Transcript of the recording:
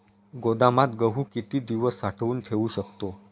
गोदामात गहू किती दिवस साठवून ठेवू शकतो?